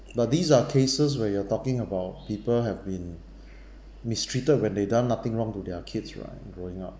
but these are cases where you are talking about people have been mistreated when they done nothing wrong to their kids right growing up